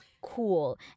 cool